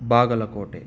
Bagalkot